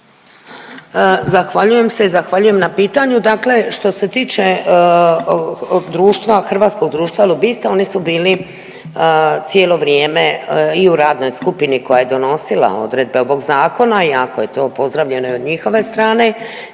Zahvaljujem se i zahvaljujem na pitanju. Dakle, što se tiče društva Hrvatskog društva lobista, oni su bili cijelo vrijeme i u radnoj skupini koja je donosila odredbe ovog zakona i jako je to pozdravljeno i od njihove strane.